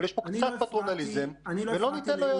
אבל יש פה קצת פטרנליזם ואנחנו לא ניתן לזה יד.